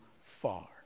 far